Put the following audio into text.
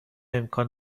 امکان